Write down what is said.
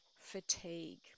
fatigue